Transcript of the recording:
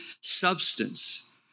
substance